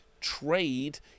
Trade